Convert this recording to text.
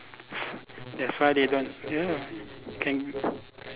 s~ that's why they don't ya can